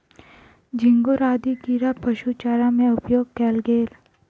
झींगुर आदि कीड़ा पशु चारा में उपयोग कएल गेल